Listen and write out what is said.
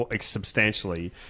Substantially